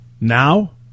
Now